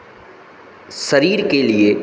शरीर के लिए